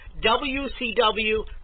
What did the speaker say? WCW